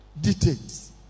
details